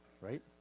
right